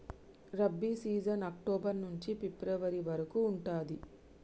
rabi season October నుంచి February వరకు ఉంటది